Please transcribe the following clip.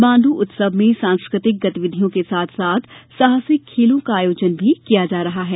मांडू उत्सव में सांस्कृतिक गतिविधियों के साथ साथ साहसिक खेलों का आयोजन भी किया जा रहा है